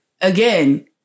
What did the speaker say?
Again